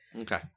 okay